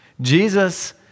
Jesus